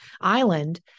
Island